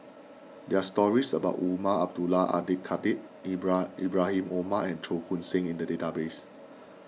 there are stories about Umar Abdullah Al Khatib Ibra Ibrahim Omar and Cheong Koon Seng in the database